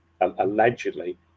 allegedly